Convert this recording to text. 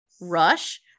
Rush